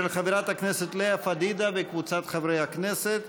של חברת הכנסת לאה פדידה וקבוצת חברי הכנסת.